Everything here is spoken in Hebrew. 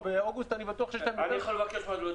באוגוסט אני בטוח שיש להם יותר --- אני יכול להיות חוצפן?